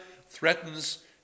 threatens